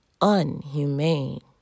unhumane